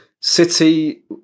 City